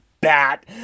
bat